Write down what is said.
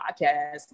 podcast